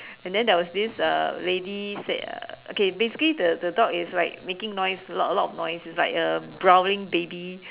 and then there was this uh lady said uh okay basically the the dog is like making noise a lot a lot noise it's like uh growling baby